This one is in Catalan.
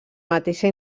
mateixa